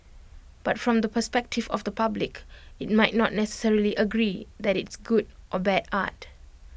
but from the perspective of the public IT might not necessarily agree that it's good or bad art